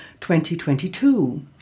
2022